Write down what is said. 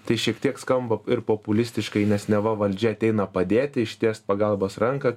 tai šiek tiek skamba populistiškai nes neva valdžia ateina padėti ištiest pagalbos ranką